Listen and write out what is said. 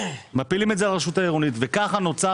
מפילים את זה על הרשות העירונית וכך נוצר